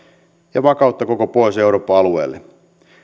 ja vakautta koko pohjois euroopan alueelle